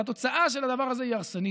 אבל התוצאה של הדבר הזה היא הרסנית,